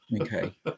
Okay